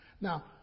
Now